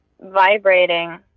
vibrating